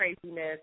craziness